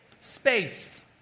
Space